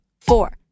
four